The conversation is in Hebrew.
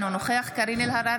אינו נוכח קארין אלהרר,